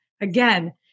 Again